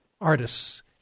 artists